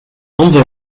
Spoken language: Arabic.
انظر